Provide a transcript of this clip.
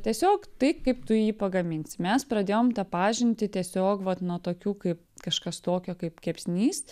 tiesiog tai kaip tu jį pagaminsi mes pradėjom tą pažintį tiesiog vat nuo tokių kaip kažkas tokio kaip kepsnys